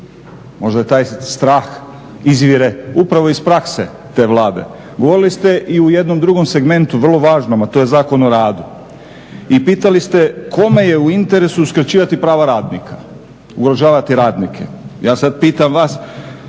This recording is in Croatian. možda taj strah izvire upravo iz prakse te Vlade. Govorili ste i o jednom drugom segmentu vrlo važnom, a to je Zakon o radu i pitali ste kome je u interesu skraćivati prava radnika, ugrožavati radnike. Ja sada pitam vas,